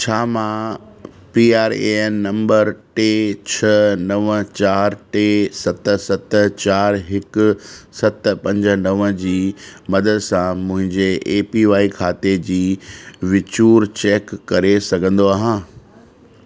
छा मां P R A N number टे छह नव चारि टे सत सत चारि हिकु सत पंज नव जी मदद सां मुंहिंजे ए पी वाए खाते जी विचूरु चैक करे सघंदो आहियां